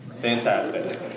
fantastic